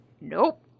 nope